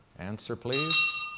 answer please.